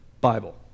Bible